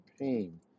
pain